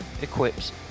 equips